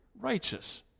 righteous